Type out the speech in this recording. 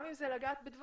גם אם זה לגעת בדברים